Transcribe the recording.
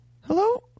Hello